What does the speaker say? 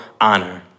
honor